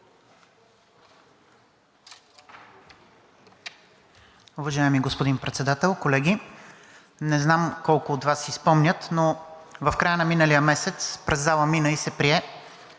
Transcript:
Уважаеми господин Председател, колеги! Не знам колко от Вас си спомнят, но в края на миналия месец през залата мина и се прие